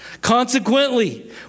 Consequently